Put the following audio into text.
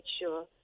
sure